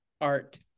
art